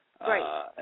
Right